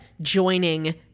joining